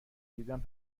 دیدم